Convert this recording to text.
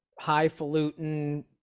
highfalutin